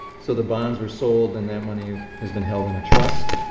so the bonds were sold and that money has been held in a trust.